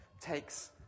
takes